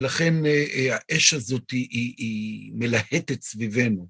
לכן האש הזאת היא מלהטת סביבנו.